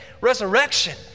resurrection